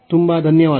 ತುಂಬ ಧನ್ಯವಾದಗಳು